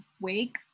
wake